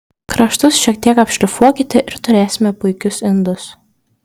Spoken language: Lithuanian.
kraštus šiek tiek apšlifuokite ir turėsime puikius indus